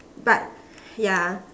but ya